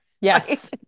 yes